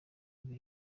ibi